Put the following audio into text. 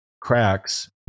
cracks